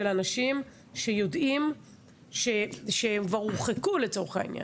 של אנשים שיודעים שהם כבר הורחקו לצורך העניין?